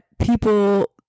people